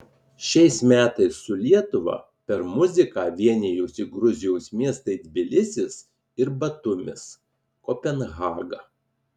šiais metais su lietuva per muziką vienijosi gruzijos miestai tbilisis ir batumis kopenhaga